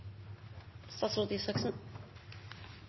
Statsråd